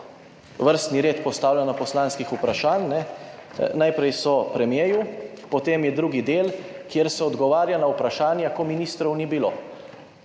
vrstni red postavljanja poslanskih vprašanj, najprej so premierju, potem je drugi del, kjer se odgovarja na vprašanja, ko ministrov ni bilo,